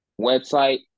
Website